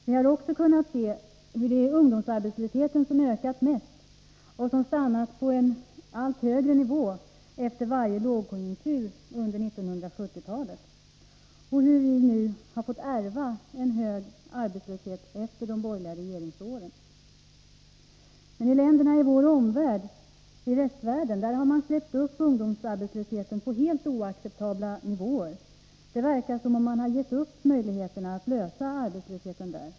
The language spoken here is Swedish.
Vi har också kunnat se hur det är ungdomsarbetslösheten som ökat mest och som stannat på en allt högre nivå efter varje långkonjunktur under 1970-talet och hur vi nu fått ärva en hög arbetslöshet efter de borgerliga regeringsåren. Länderna i vår omvärld i västvärlden har släppt upp ungdomsarbetslösheten på helt oacceptabla nivåer. Det verkar som om man där gett upp när det gäller möjligheten att lösa problemen med arbetslösheten.